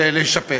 להישפט.